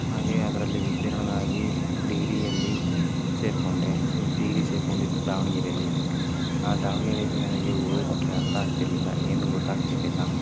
ಹಾಗೇ ಅದರಲ್ಲಿ ಉತ್ತೀರ್ಣನಾಗಿ ಡಿಗ್ರಿಯಲ್ಲಿ ಸೇರಿಕೊಂಡೆ ಸೆ ಡಿಗ್ರಿ ಸೇರ್ಕೊಂಡಿದ್ದು ದಾವಣಗೆರೆಯಲ್ಲಿ ಆ ದಾವಣಗೆರೆಯಲ್ಲಿ ನನಗೆ ಓದೋದಕ್ಕೆ ಅರ್ಥ ಆಗ್ತಿರಲಿಲ್ಲ ಏನೂ ಗೊತ್ತಾಗ್ತಿರಲಿಲ್ಲ